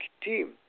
team